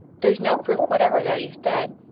there's no proof whatever that he's dead.